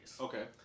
Okay